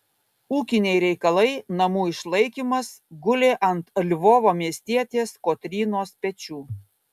ūkiniai reikalai namų išlaikymas gulė ant lvovo miestietės kotrynos pečių